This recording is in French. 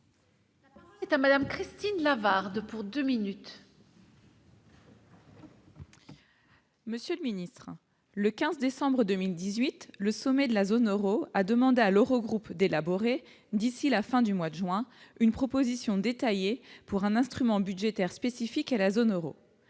analogue. C'est à Madame Christine L'avare de pour 2 minutes. Monsieur le ministre, le 15 décembre 2018 le sommet de la zone Euro, a demandé à l'Eurogroupe d'élaborer d'ici la fin du mois de juin une proposition détaillée pour un instrument budgétaire spécifique à la zone Euro